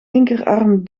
linkerarm